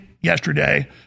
yesterday